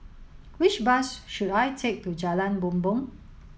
which bus should I take to Jalan Bumbong